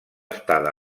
estada